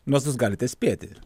nors jūs galite spėti